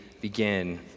begin